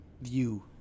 view